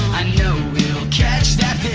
i know we'll catch that